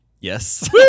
Yes